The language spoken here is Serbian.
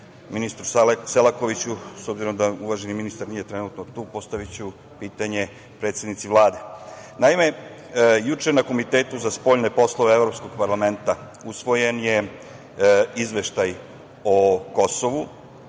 ministru Selakoviću. Obzirom da uvaženi ministar nije trenutno tu, postaviću pitanje predsednici Vlade. Naime, juče na Komitetu za spoljne poslove Evropskog parlamenta usvojen je Izveštaj o Kosovu